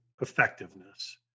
effectiveness